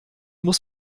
muss